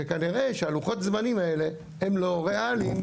וכנראה שלוחות הזמנים האלה הם לא ריאליים.